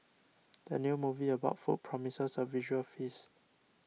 the new movie about food promises a visual feast